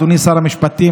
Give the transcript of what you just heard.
אדוני שר המשפטים,